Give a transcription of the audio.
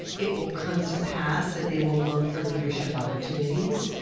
it will come to pass that they will look for leadership opportunities.